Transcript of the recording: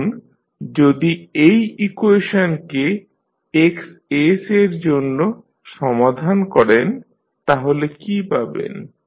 এখন যদি এই ইকুয়েশনকে Xs এর জন্য সমাধান করেন তাহলে কি পাবেন